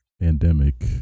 pandemic